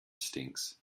stinks